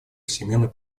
всемирной